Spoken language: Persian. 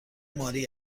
ماری